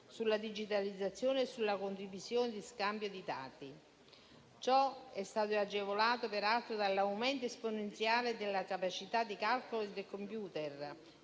sulla digitalizzazione e sulla condivisione e sullo scambio di dati. Ciò è stato agevolato, peraltro, dall'aumento esponenziale della capacità di calcolo dei computer,